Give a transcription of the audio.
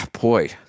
boy